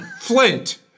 Flint